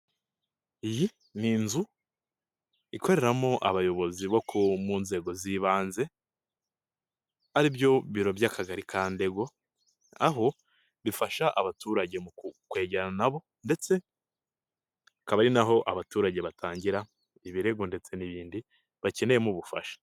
Iyi ni inzu, ikoreramo abayobozi bo mu nzego z'ibanze, aribyo biro by'akagari ka Ndego, aho bifasha abaturage mu kwegerana nabo ndetse akaba ari naho abaturage batangira, ibirego ndetse n'ibindi, bakeneyemo ubufasha.